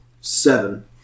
Seven